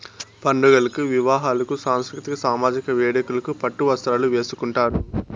పండుగలకు వివాహాలకు సాంస్కృతిక సామజిక వేడుకలకు పట్టు వస్త్రాలు వేసుకుంటారు